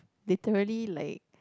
literally like